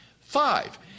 Five